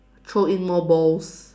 throw in more balls